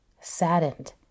saddened